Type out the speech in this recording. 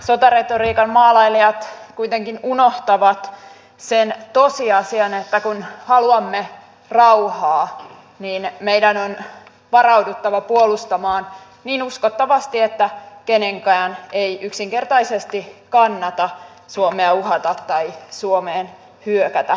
sotaretoriikan maalailijat kuitenkin unohtavat sen tosiasian että kun haluamme rauhaa niin meidän on varauduttava puolustamaan niin uskottavasti että kenenkään ei yksinkertaisesti kannata suomea uhata tai suomeen hyökätä